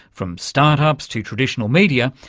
from start-ups to traditional media,